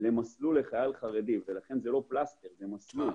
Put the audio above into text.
למסלול לחייל חרדי ולכן זה לא פלסטר, זה מסלול.